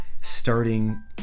starting